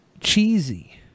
Cheesy